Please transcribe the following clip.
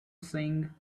sing